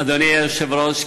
אדוני היושב-ראש,